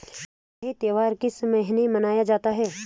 अगेरा त्योहार किस महीने में मनाया जाता है?